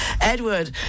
Edward